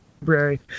library